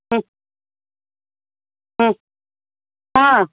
ह्म् ह्म् हा